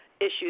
issues